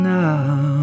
now